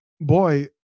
Boy